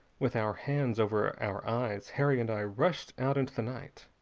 with our hands over our eyes, harry and i rushed out into the night.